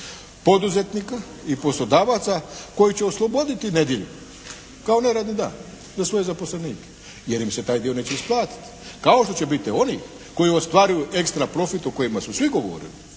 poduzetnika i poslodavaca koji će osloboditi nedjelju kao neradni dan za svoje zaposlenike, jer im se taj dio neće isplatiti, kao što će biti onih koji ostvaruju ekstra profit o kojima su svi govorili